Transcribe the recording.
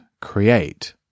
create